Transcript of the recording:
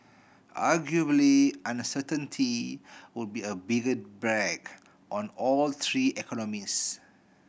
arguably uncertainty would be a bigger on all three economies